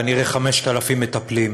כנראה 5,000 מטפלים,